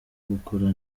gukora